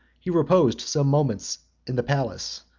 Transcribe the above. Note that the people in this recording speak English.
he reposed some moments in the palace,